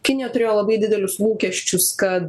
kinija turėjo labai didelius lūkesčius kad